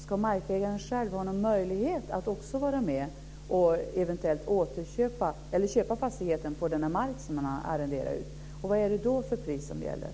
Ska markägaren själv ha någon möjlighet att köpa fastigheten på den mark som man arrenderar ut? Vad är det då för pris som gäller?